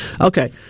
Okay